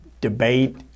debate